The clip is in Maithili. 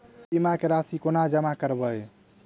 हम बीमा केँ राशि कोना जमा करबै?